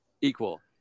equal